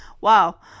Wow